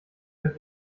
euch